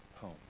home